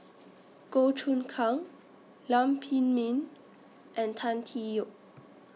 Goh Choon Kang Lam Pin Min and Tan Tee Yoke